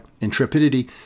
intrepidity